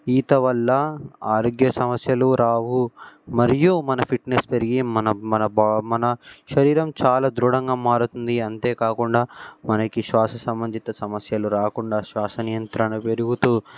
ఈత వల్ల ఆరోగ్య సమస్యలు రావు మరియు మన ఫిట్నెస్ పెరిగి మన మన మన శరీరం చాలా దృఢంగా మారుతుంది అంతేకాకుండా మనకి శ్వాస సంబంధిత సమస్యలు రాకుండా శ్వాస నియంత్రణ పెరుగుతూ